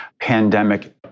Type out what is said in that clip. pandemic